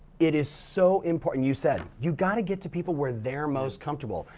it is so important you said, you gotta get to people where they're most comfortable.